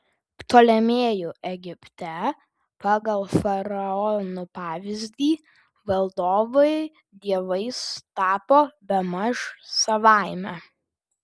ptolemėjų egipte pagal faraonų pavyzdį valdovai dievais tapo bemaž savaime